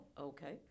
okay